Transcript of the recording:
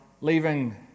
leaving